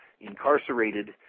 incarcerated